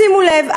שימו לב,